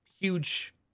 huge